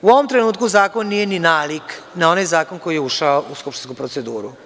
U ovom trenutku zakon nije ni nalik na onaj zakon koji je ušao u skupštinsku proceduru.